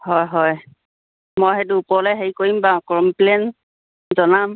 হয় হয় মই সেইটো ওপৰলে হেৰি কৰিম বা কমপ্লেইন জনাম